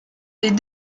des